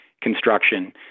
construction